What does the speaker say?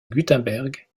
gutenberg